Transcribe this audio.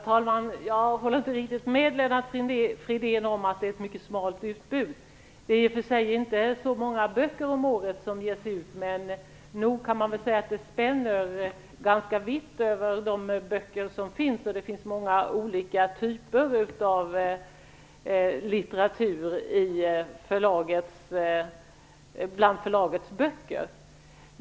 Herr talman! Jag håller inte riktigt med Lennart Fridén om att det är ett mycket smalt utbud. Det är i och för sig inte så många böcker som ges ut om året, men nog kan man säga att de spänner ganska vitt över de böcker som finns. Det finns många olika typer av litteratur bland förlagets böcker.